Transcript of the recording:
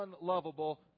unlovable